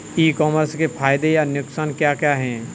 ई commerce के फायदे या नुकसान क्या क्या हैं?